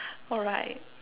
alright